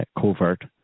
covert